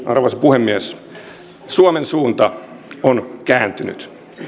arvoisa puhemies suomen suunta on kääntynyt